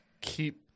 keep